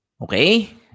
Okay